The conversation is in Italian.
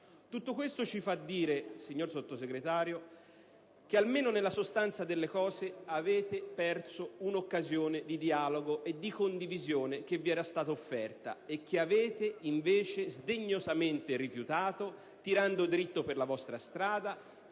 tutto ciò ci fa dire che, almeno nella sostanza, avete perso un'occasione di dialogo e di condivisione che vi era stata offerta e che avete invece sdegnosamente rifiutato tirando dritto per la vostra strada,